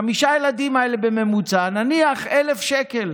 חמשת הילדים האלה בממוצע: נניח שזה 1,000 שקל